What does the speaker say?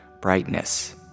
brightness